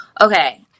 Okay